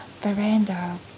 veranda